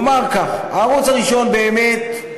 נאמר כך: הערוץ הראשון באמת,